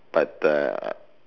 but the